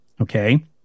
okay